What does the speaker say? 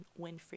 Winfrey